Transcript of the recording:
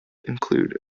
include